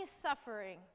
suffering